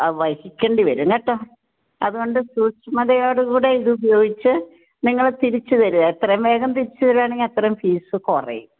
വഹിക്കേണ്ടിവരും കേട്ടോ അതുകൊണ്ട് സുക്ഷ്മതയോടുകൂടെ ഇതുപയോഗിച്ച് നിങ്ങൾ തിരിച്ച്തരിക എത്രയും വേഗം തിരിച്ച് തരികയാണെങ്കിൽ അത്രയും ഫീസ് കുറയും